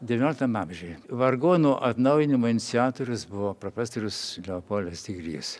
devynioliktam amžiuj vargonų atnaujinimo iniciatorius buvo profesorius leopoldas digrys